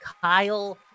Kyle